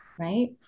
Right